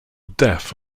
death